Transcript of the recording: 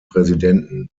präsidenten